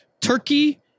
Turkey